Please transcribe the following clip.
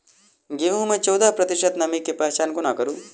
गेंहूँ मे चौदह प्रतिशत नमी केँ पहचान कोना करू?